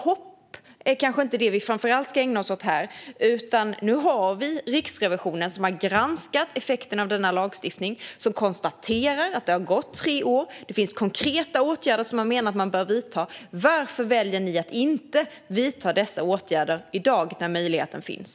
Hopp är kanske inte det vi framför allt ska ägna oss åt här. Riksrevisionen har granskat effekterna av denna lagstiftning och konstaterar att det har gått tre år och att en del konkreta åtgärder bör vidtas. Varför väljer ni att inte vidta dessa åtgärder nu när möjligheten finns?